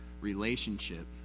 relationship